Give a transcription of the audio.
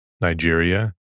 Nigeria